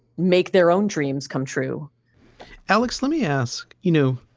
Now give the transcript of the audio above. make their own dreams come true alex, let me ask, you know,